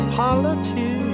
politics